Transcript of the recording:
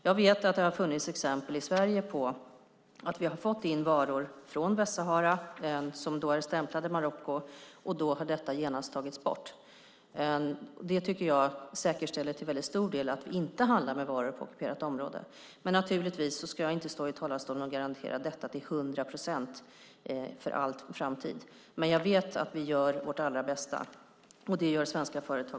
Jag vet att det har funnits exempel i Sverige på att vi har fått in varor från Västsahara som är stämplade Marocko. Då har dessa genast tagits bort. Det tycker jag till stor del säkerställer att vi inte handlar med varor från ockuperat område. Jag ska naturligtvis inte stå i talarstolen och garantera detta till hundra procent för all framtid, men jag vet att vi gör vårt allra bästa. Det gör också svenska företag.